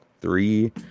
three